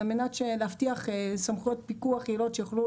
על מנת להבטיח סמכויות פיקוח יעילות שיוכלו